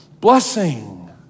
blessing